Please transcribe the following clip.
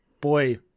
boy